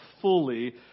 fully